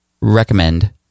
recommend